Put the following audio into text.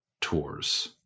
tours